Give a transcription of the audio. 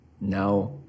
now